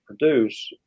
produce